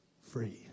Free